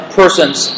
person's